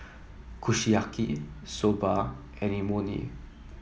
Kushiyaki Soba and Imoni